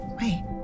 Wait